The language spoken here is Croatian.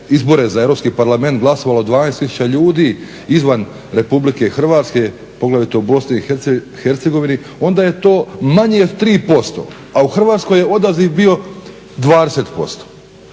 izbore za Europski parlament glasovalo 12 tisuća ljudi izvan RH, poglavito u BiH, onda je to manje od 3%, a u Hrvatskoj je odaziv bio 20%.